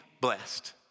blessed